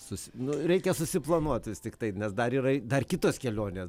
susi nu reikia susiplanuot vis tiktai nes dar yra dar kitos kelionės